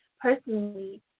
Personally